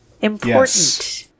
Important